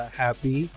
happy